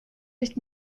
nicht